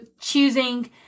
choosing